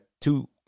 two